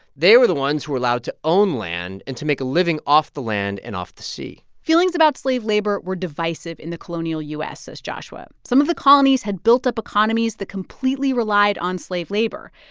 they were the ones who were allowed to own land and to make a living off the land and off the sea feelings about slave labor were divisive in the colonial u s, says joshua. some of the colonies had built up economies that completely relied on slave labor.